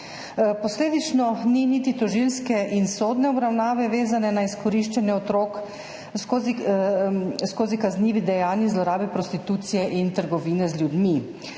Posledično ni niti tožilske in sodne obravnave, vezane na izkoriščanje otrok skozi kaznivi dejanji in zlorabe prostitucije in trgovine z ljudmi.